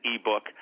ebook